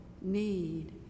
need